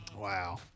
wow